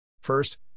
First